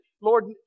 Lord